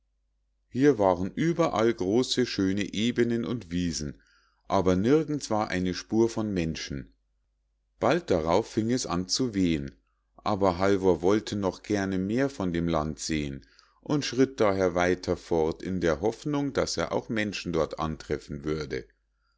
hier waren überall große schöne ebenen und wiesen aber nirgends war eine spur von menschen bald darauf fing es an zu wehen aber halvor wollte noch gern mehr von dem lande sehen und schritt daher weiter fort in der hoffnung daß er auch menschen dort antreffen würde